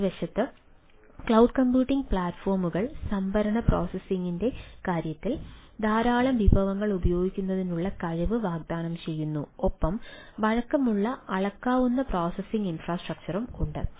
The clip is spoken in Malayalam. മറുവശത്ത് ക്ലൌഡ് കമ്പ്യൂട്ടിംഗ് പ്ലാറ്റ്ഫോമുകൾ സംഭരണ പ്രോസസ്സിംഗിന്റെ കാര്യത്തിൽ ധാരാളം വിഭവങ്ങൾ ഉപയോഗിക്കുന്നതിനുള്ള കഴിവ് വാഗ്ദാനം ചെയ്യുന്നു ഒപ്പം വഴക്കമുള്ള അളക്കാവുന്ന പ്രോസസ്സിംഗ് ഇൻഫ്രാസ്ട്രക്ചറും ഉണ്ട്